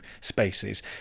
spaces